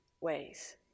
ways